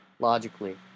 Logically